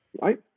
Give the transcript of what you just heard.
Right